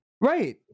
Right